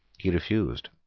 he refused.